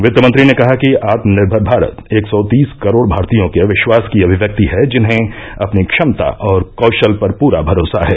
वित्त मंत्री ने कहा कि आत्मनिर्भर भारत एक सौ तीस करोड़ भारतीयों के विश्वास की अभिव्यक्ति है जिन्हें अपनी क्षमता और कौशल पर पूरा भरोसा है